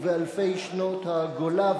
ובאלפי שנות הגולה,